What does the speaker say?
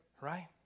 right